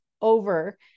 over